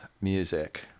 music